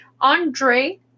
Andre